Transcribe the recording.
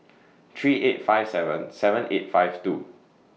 three eight five seven seven eight five two